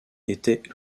étaient